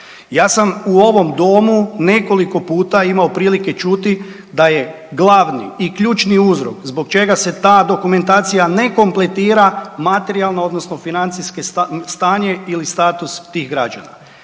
Ja sam u ovom domu nekoliko puta imao prilike čuti da je glavni i ključni uzrok zbog čega se ta dokumentacija ne kompletira materijalno odnosno financijsko stanje ili status tih građana.